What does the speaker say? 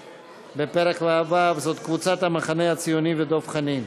בפרק ו', זאת קבוצת המחנה הציוני ודב חנין.